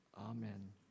Amen